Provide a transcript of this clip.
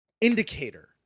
indicator